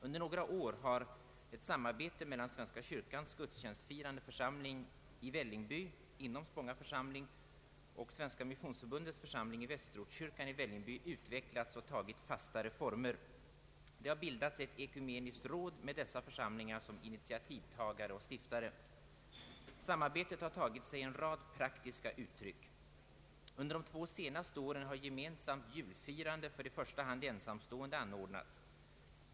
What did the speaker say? Under några år har ett samarbete mellan svenska kyrkans gudstjänstfirande församling i Vällingby inom Spånga församling och Svenska missionsförbundets församling i Västerortskyrkan i Vällingby utvecklats och tagit allt fastare former. Det har bildats ett ekumeniskt råd med dessa båda församlingar som initiativtagare och stiftare. Samarbetet har tagit sig en rad praktiska uttryck. Under de två senaste åren har gemensamt julfirande för i första hand ensamstående anordnats.